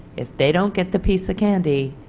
if they don't get the piece of candy,